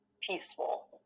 peaceful